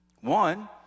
one